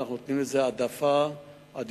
ואנחנו נותנים לזה עדיפות עליונה,